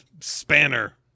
spanner